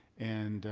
and